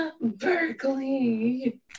Berkeley